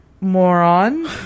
moron